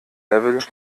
level